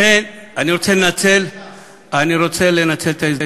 לכן אני רוצה לנצל את ההזדמנות,